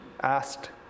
asked